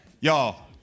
y'all